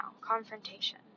confrontation